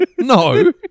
No